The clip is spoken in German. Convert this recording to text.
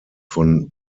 von